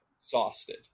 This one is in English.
Exhausted